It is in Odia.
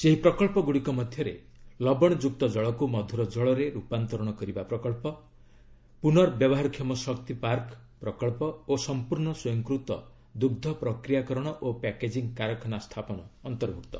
ସେହି ପ୍ରକଳ୍ପଗୁଡ଼ିକ ମଧ୍ୟରେ ଲବଣଯୁକ୍ତ ଜଳକୁ ମଧୁର ଜଳରେ ରୂପାନ୍ତରଣ କରିବା ପ୍ରକଳ୍ପ ପୁନର୍ବ୍ୟବହାର କ୍ଷମ ଶକ୍ତି ପାର୍କ ପ୍ରକଳ୍ପ ଓ ସମ୍ପୂର୍ଣ୍ଣ ସ୍ୱୟଂକୃତ ଦୁଗ୍ଧ ପ୍ରକ୍ରିୟାକରଣ ଓ ପ୍ୟାକେଜିଙ୍ଗ୍ କାରଖାନା ସ୍ଥାପନ ଅନ୍ତର୍ଭୁକ୍ତ